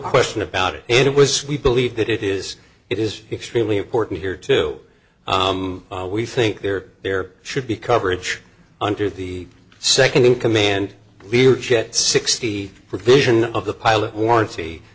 question about it and it was we believe that it is it is extremely important here too we think there there should be coverage under the nd in command we're jet sixty provision of the pilot warranty